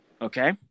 Okay